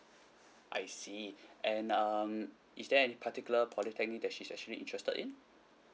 I see and um is there any particular polytechnic that she's actually interested in